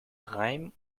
reim